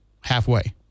halfway